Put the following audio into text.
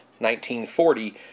1940